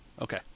Okay